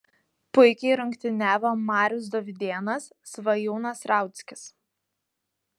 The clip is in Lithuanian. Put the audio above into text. puikiai rungtyniavo marius dovydėnas svajūnas rauckis